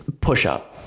push-up